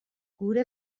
gure